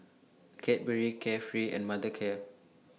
Cadbury Carefree and Mothercare